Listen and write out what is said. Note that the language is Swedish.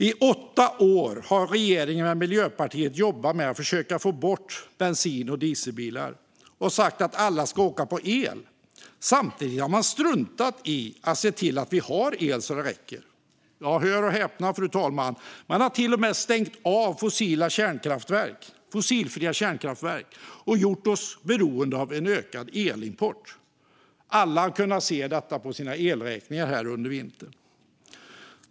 I åtta år har regeringen med Miljöpartiet jobbat med att försöka få bort bensin och dieselbilar och sagt att alla ska åka på el. Samtidigt har man struntat i att se till att vi har el så att det räcker. Hör och häpna, fru talman, man har till och med stängt av fossilfria kärnkraftverk och gjort oss beroende av ökad elimport. Alla har kunnat se detta på sina elräkningar under vintern.